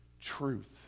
Truth